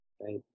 right